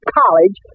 college